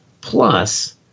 Plus